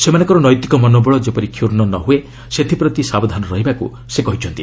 ସେମାନଙ୍କର ନୈତିକ ମନୋବଳ ଯେପରି କ୍ଷୂର୍ଣ୍ଣ ନ ହୁଏ ସେଥିପ୍ରତି ସାବଧାନ ରହିବାକୁ ସେ କହିଛନ୍ତି